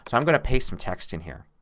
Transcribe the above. so i'm going to paste some text in here.